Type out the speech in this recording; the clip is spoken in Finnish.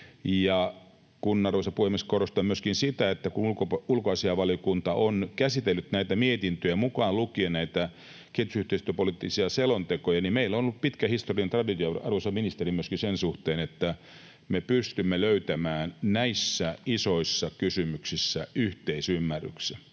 ja, arvoisa puhemies, korostan myöskin sitä, että kun ulkoasiainvaliokunta on käsitellyt näitä mietintöjä, mukaan lukien näitä kehitysyhteistyöpoliittisia selontekoja, niin meillä on ollut pitkä historiallinen traditio, arvoisa ministeri, myöskin sen suhteen, että me pystymme löytämään näissä isoissa kysymyksissä yhteisymmärryksen.